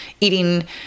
eating